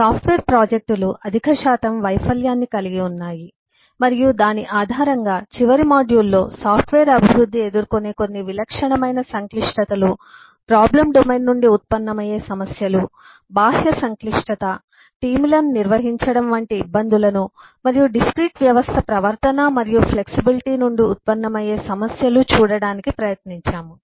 software ప్రాజెక్టులు అధిక శాతం వైఫల్యాన్ని కలిగి ఉన్నాయి మరియు దాని ఆధారంగా చివరి మాడ్యూల్లో సాఫ్ట్వేర్ అభివృద్ధి ఎదుర్కొనే కొన్ని విలక్షణమైన సంక్లిష్టతలు ప్రాబ్లం డొమైన్ నుండి ఉత్పన్నమయ్యే సమస్యలు బాహ్య సంక్లిష్టత టీంలను నిర్వహించడం వంటి ఇబ్బందులను మరియు డిస్క్రీట్ వ్యవస్థ ప్రవర్తన మరియు ఫ్లెక్సిబిలిటీ నుండి ఉత్పన్నమయ్యే సమస్యలు చూడటానికి ప్రయత్నించాము